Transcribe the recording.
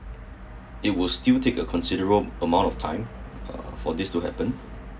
it would still take a considerable amount of time uh for this to happen